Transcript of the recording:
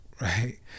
Right